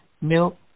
milk